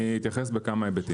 אני אתייחס בכמה היבטים.